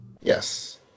Yes